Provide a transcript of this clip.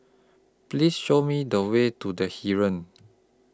Please Show Me The Way to The Heeren